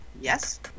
Yes